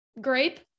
grape